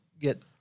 Get